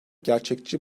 gerçekçi